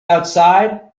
outside